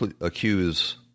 accuse